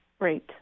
Great